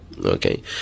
Okay